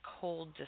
cold